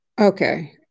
Okay